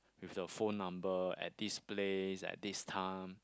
with the phone number at this place at this time